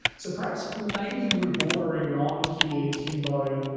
so perhaps, maybe we're bordering on here, timbo,